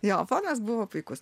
jo fonas buvo puikus